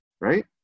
right